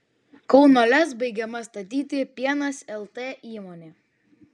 kauno lez baigiama statyti pienas lt įmonė